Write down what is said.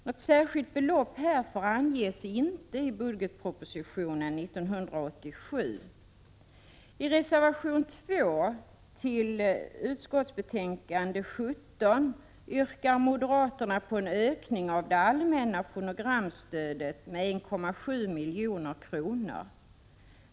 Något särskilt belopp härför anges inte i budgetpropositionen 1987. I reservation 2 till kulturutskottets betänkande 17 yrkar moderaterna på en ökning av det allmänna fonogramstödet med 1,7 milj.kr.